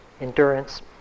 endurance